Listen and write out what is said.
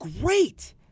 great